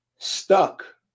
stuck